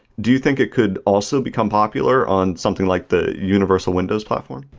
do you think it could also become popular on something like the universal windows platform?